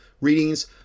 readings